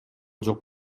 жок